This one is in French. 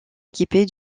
équipés